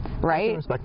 right